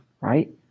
right